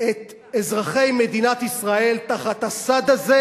את אזרחי מדינת ישראל תחת הסד הזה.